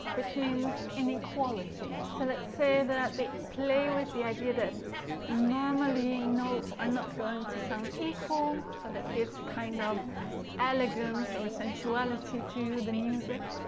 which means inequality. so let's say that they play with the idea that normally, notes are not going to sound equal, so that gives a kind of elegance or sensuality to the music,